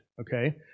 okay